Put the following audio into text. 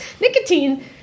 Nicotine